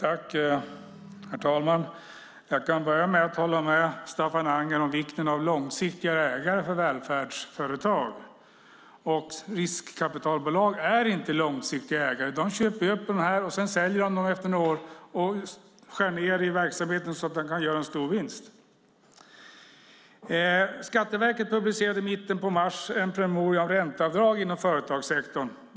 Herr talman! Jag kan börja med att hålla med Staffan Anger om vikten av långsiktiga ägare för välfärdsföretag. Men riskkapitalbolag är inte långsiktiga ägare. De köper upp dem och säljer dem efter några år. De skär ned i verksamheten så att de kan göra stora vinster. Skatteverket publicerade i mitten av mars en promemoria om ränteavdrag inom företagssektorn.